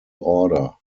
order